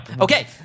Okay